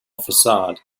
facade